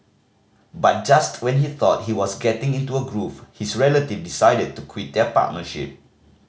but just when he thought he was getting into a groove his relative decided to quit their partnership